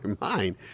mind